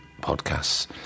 podcasts